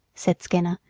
said skinner.